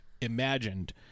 imagined